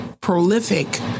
prolific